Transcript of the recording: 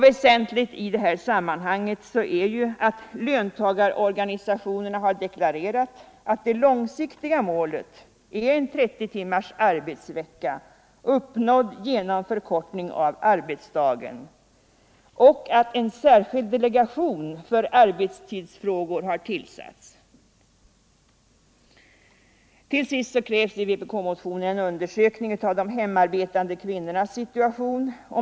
Väsentligt i sammanhanget är ju att löntagarorganisationerna deklarerat att det långsiktiga målet är 30 timmars arbetsvecka, uppnådd genom förkortning av arbetsdagen, och att en särskild delegation för arbetstidsfrågor har tillsatts. Till sist krävs i vpk-motionen undersökning av de hemarbetande kvinnornas situation.